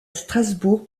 strasbourg